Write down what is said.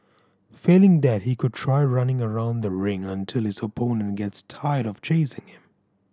failing that he could try running around the ring until his opponent gets tired of chasing him